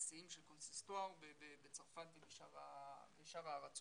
נשיאים של קונסיסטואר בצרפת ובשאר הארצות